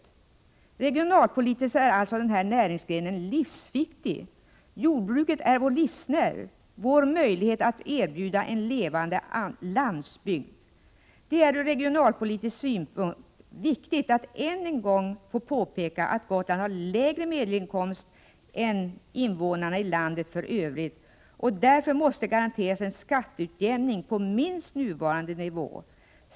Regionalpolitiskt är alltså denna näringsgren livsviktig. Jordbruket är vår livsnerv — vår möjlighet att erbjuda en levande landsbygd. Det är ur regionalpolitisk synvinkel viktigt att än en gång påpeka att Gotland har lägre medelinkomst per invånare än riket som helhet och därför måste garanteras en skatteutjämning på minst nuvarande nivå.